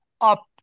up